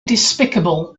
despicable